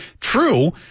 true